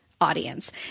Audience